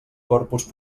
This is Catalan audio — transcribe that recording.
corpus